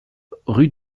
rue